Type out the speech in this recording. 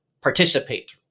participate